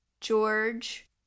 George